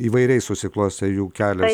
įvairiai susiklostė jų kelias